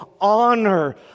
honor